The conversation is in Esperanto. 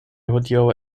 hodiaŭ